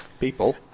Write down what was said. people